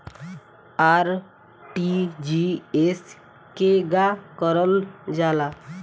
RTGS केगा करलऽ जाला?